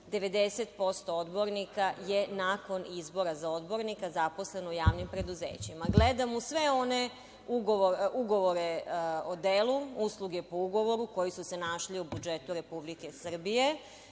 90% odbornika je nakon izbora za odbornika zaposleno u javnim preduzećima. Gledam u sve one ugovore o delu, usluge po ugovoru koji su se našli u budžetu Republike Srbije,